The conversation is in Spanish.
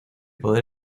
poder